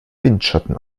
windschatten